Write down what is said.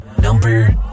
Number